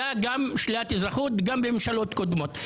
שלילת אזרחות עלתה גם בממשלות קודמות.